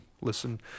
listen